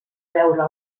veure